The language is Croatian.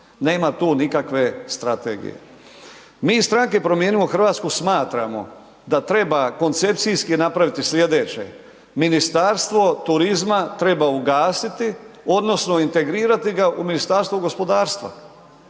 Nema tu nikakve strategije. Mi iz Stranke Promijenimo Hrvatsku smatramo da treba koncepcijski napraviti slijedeće. Ministarstvo turizma treba ugasiti odnosno integrirati ga u Ministarstvo gospodarstva,